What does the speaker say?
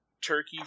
turkey